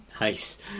Nice